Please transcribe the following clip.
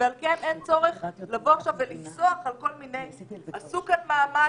ועל כן אין צורך לבוא עכשיו ולפסוח על כל מיני עשו כאן מאמץ